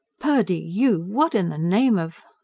purdy. you! what in the name of?